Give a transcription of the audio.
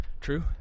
True